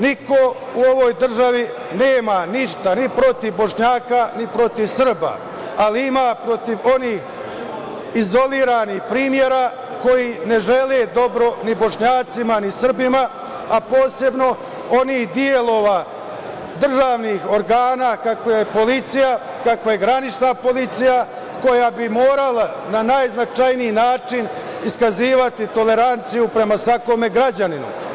Niko u ovoj državi nema ništa ni protiv Bošnjaka, ni protiv Srba, ali ima protiv onih izolovanih primera koji ne žele dobro ni Bošnjacima, ni Srbima, a posebno onih delova državnih organa kakva je policija, kakva je granična policija koja bi morala na najznačajniji način iskazivati toleranciju prama svakom građaninu.